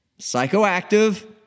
psychoactive